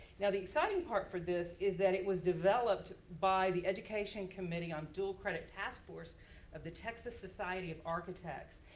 now, the exciting part for this, is that it was developed by the education committee on dual credit task force of the texas society of architects.